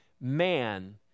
man